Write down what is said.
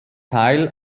teil